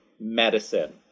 medicine